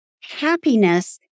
happiness